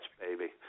baby